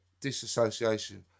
disassociation